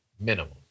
Minimum